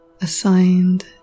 assigned